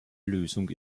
lösung